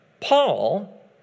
Paul